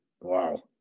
Wow